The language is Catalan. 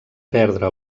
perdre